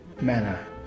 manner